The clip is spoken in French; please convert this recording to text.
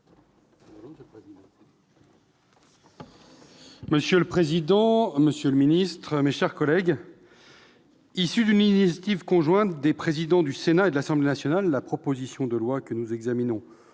Monsieur le président, monsieur le secrétaire d'État, mes chers collègues, issue d'une initiative conjointe des présidents du Sénat et de l'Assemblée nationale, la proposition de loi que nous examinons